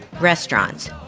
restaurants